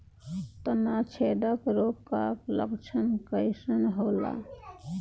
तना छेदक रोग का लक्षण कइसन होला?